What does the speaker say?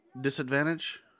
Disadvantage